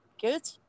Good